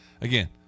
again